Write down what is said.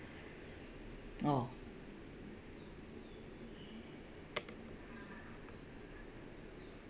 oh